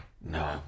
No